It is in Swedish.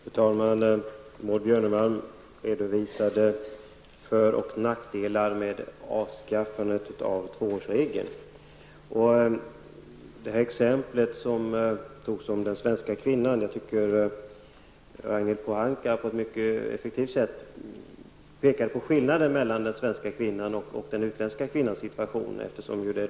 Fru talman! Maud Björnemalm redovisade föroch nackdelar med avskaffandet av tvåårsregeln. Jag tycker att Ragnhild Pohanka på ett mycket effektivt sätt pekade på skillnader mellan den svenska kvinnans och den utländska kvinnans situation i sitt exempel.